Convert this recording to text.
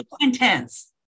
intense